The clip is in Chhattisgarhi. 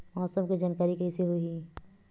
मौसम के जानकारी कइसे होही?